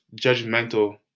judgmental